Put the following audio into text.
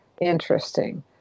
interesting